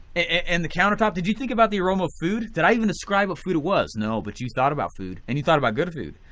and the countertop, did you think about the aroma of food? did i even describe what food it was? no but you thought about food. and you thought about good food.